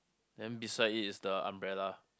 then beside it is the umbrella